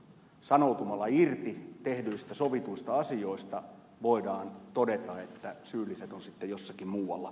sanoutumalla irti sovituista asioista voidaan todeta että syylliset ovat sitten jossakin muualla